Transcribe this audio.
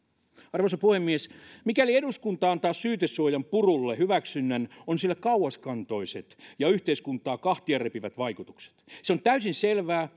arvoisa puhemies mikäli eduskunta antaa syytesuojan purulle hyväksynnän on sillä kauaskantoiset ja yhteiskuntaa kahtia repivät vaikutukset se on täysin selvää